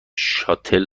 شاتل